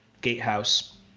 gatehouse